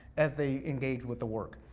as they engage with the work.